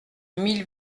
mille